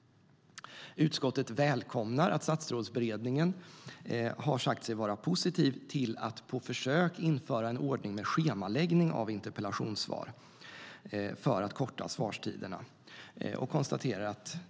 Utskottet välkomnar att Statsrådsberedningen har sagt sig vara positiv till att på försök införa en ordning med schemaläggning av interpellationssvar för att korta svarstiderna.